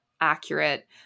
accurate